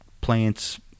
plants